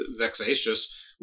vexatious